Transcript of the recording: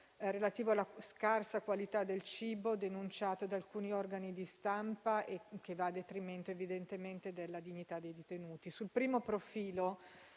relativo alla scarsa qualità del cibo denunciato da alcuni organi di stampa e che va a detrimento, evidentemente, della dignità dei detenuti. Sul primo profilo,